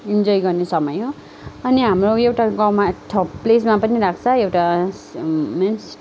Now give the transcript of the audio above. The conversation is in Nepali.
इन्जोय गर्ने समय हो अनि हाम्रो एउटा गाउँमा ठ प्लेसमा पनि लाग्छ एउटा मिन्स्